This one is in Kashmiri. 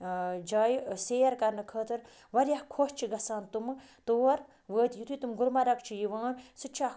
جایہِ سیر کَرنہٕ خٲطرٕ واریاہ خۄش چھِ گژھان تِم تور وٲتِتھۍ یُتھُے تم گُلمرگ چھِ یِوان سُہ تہِ چھِ اَکھ